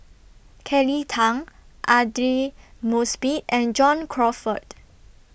Kelly Tang Aidli Mosbit and John Crawfurd